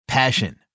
Passion